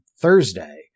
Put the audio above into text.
Thursday